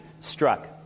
struck